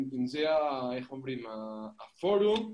הפורום,